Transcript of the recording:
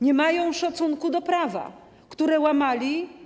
Nie mają szacunku do prawa, które łamali.